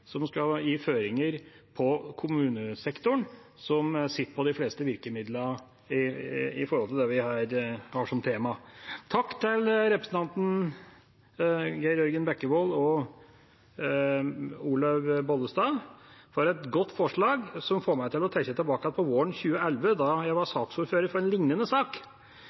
som skal gi føringer for kommunesektoren, som sitter på de fleste virkemidlene når det gjelder det vi her har som tema. Takk til representantene Geir Jørgen Bekkevold og Olaug V. Bollestad for et godt forslag, som får meg til å tenke tilbake til våren 2011 da jeg var saksordfører for en lignende sak.